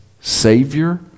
Savior